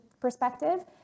perspective